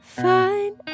fine